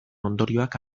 ondorioak